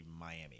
Miami